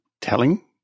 telling